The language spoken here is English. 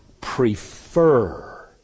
prefer